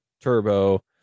turbo